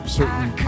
certain